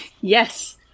Yes